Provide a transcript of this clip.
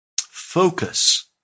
focus